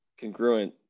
congruent